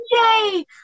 Yay